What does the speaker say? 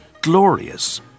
glorious